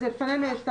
יש את